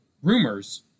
rumors